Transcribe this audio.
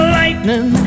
lightning